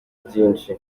byinshi